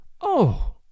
Oh